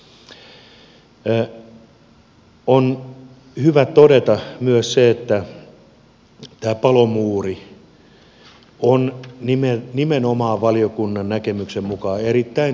on hyvä todeta myös se että tämä palomuuri on nimenomaan valiokunnan näkemyksen mukaan erittäin tärkeä